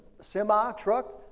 semi-truck